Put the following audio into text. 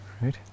right